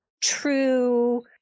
true